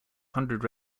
hundred